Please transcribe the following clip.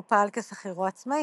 לו פעל כשכיר או עצמאי.